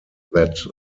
that